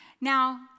Now